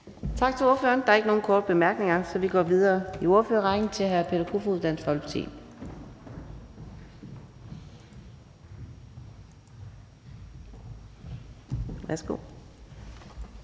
Tak til ordføreren. Der er ikke nogen korte bemærkninger, så vi går videre i ordførerrækken til hr. Peter Kofod, Dansk Folkeparti.